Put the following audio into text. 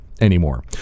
anymore